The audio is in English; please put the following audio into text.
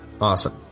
awesome